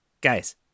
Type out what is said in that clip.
guys